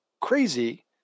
crazy